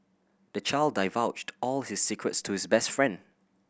the child divulged all his secrets to his best friend